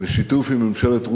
בשיתוף עם ממשלת רוסיה,